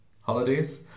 holidays